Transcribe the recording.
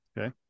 Okay